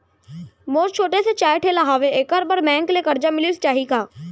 मोर छोटे से चाय ठेला हावे एखर बर बैंक ले करजा मिलिस जाही का?